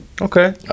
okay